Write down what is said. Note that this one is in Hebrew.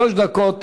שלוש דקות